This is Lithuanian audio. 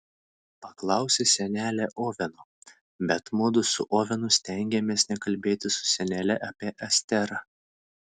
paklausė senelė oveno bet mudu su ovenu stengėmės nekalbėti su senele apie esterą